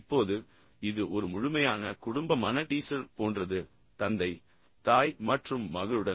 இப்போது இது ஒரு முழுமையான குடும்ப மன டீஸர் போன்றது தந்தை தாய் மற்றும் மகளுடன்